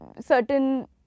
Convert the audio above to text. certain